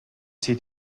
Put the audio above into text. sie